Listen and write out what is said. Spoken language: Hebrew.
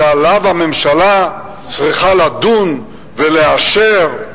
שעליו הממשלה צריכה לדון ולאשר,